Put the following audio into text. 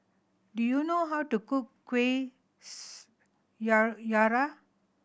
do you know how to cook kuih